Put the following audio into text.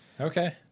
Okay